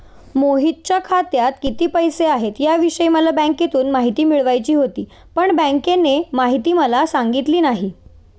मोहितच्या खात्यात किती पैसे आहेत याविषयी मला बँकेतून माहिती मिळवायची होती, पण बँकेने माहिती मला सांगितली नाही